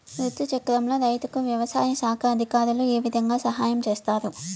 రుతు చక్రంలో రైతుకు వ్యవసాయ శాఖ అధికారులు ఏ విధంగా సహాయం చేస్తారు?